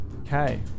Okay